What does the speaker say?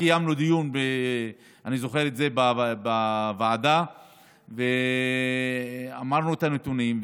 קיימנו אז דיון בוועדה ואמרנו את הנתונים.